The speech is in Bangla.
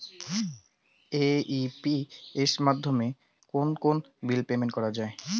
এ.ই.পি.এস মাধ্যমে কোন কোন বিল পেমেন্ট করা যায়?